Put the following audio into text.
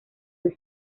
hoy